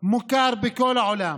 מוכר בכל העולם,